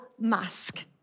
mask